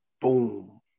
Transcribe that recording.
boom